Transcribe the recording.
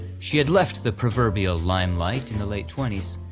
she had left the proverbial limelight in the late twenty s,